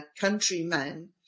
countrymen